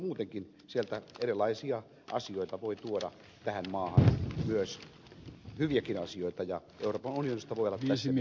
eusta muutenkin erilaisia asioita voi tuoda tähän maahan myös hyviäkin asioita ja euroopan unionista voi olla tässä mielessä meille myös hyötyä